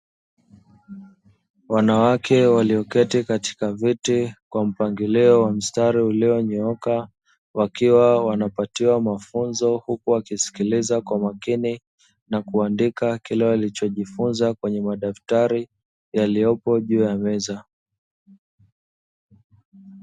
Wanawake walioketi katika viti kwa mpangilio wa mstari ulionyooka wakiwa wanapatiwa mafunzo, huku wakisikiliza kwa makini na kuandika kile walichojifunza kwenye madaftari yaliyopo juu ya meza.